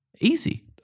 Easy